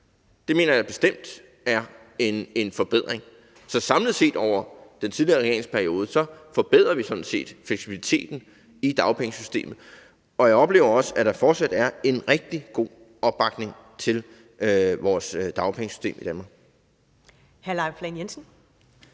Det mener jeg bestemt er en forbedring. Så samlet set over den tidligere regerings periode har vi sådan set forbedret fleksibiliteten i dagpengesystemet. Og jeg oplever også, at der fortsat er en rigtig god opbakning til vores dagpengesystem i Danmark.